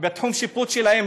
בתחום השיפוט שלהם,